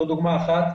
זו דוגמה אחת.